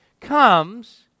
comes